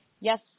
yes